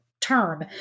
term